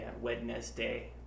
Wednesday